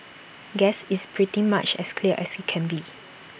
guess it's pretty much as clear as IT can be